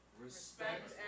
Respect